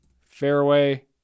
Fairway